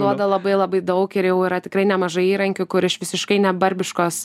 duoda labai labai daug ir jau yra tikrai nemažai įrankių kur iš visiškai nebarbiškos